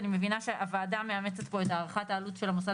אני מבינה שהוועדה מאמצת פה את הערכת העלות של המוסד